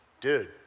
dude